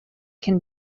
can